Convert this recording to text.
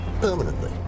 permanently